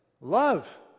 Love